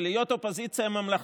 להיות אופוזיציה ממלכתית,